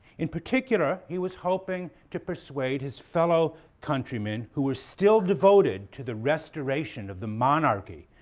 in particular, he was hoping to persuade his fellow countrymen, who were still devoted to the restoration of the monarchy,